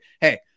Hey